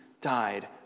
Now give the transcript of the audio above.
died